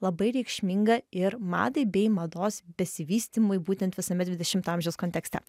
labai reikšmingą ir madai bei mados besivystymui būtent visame dvidešimto amžiaus kontekste